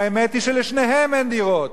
והאמת היא שלשניהם אין דירות.